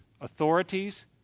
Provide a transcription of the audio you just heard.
authorities